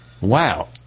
wow